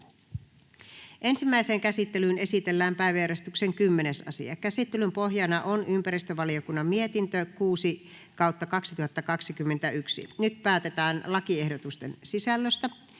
Ensimmäiseen käsittelyyn esitellään päiväjärjestyksen 14. asia. Käsittelyn pohjana on sivistysvaliokunnan mietintö SiVM 9/2021 vp. Nyt päätetään lakiehdotuksen sisällöstä.